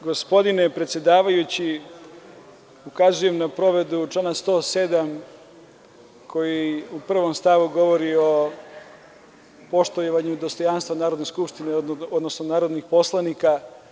Gospodine predsedavajući, ukazujem na povredu člana 107. koji u prvom stavu govori o poštovanju dostojanstva Narodne skupštine, odnosno narodnih poslanika.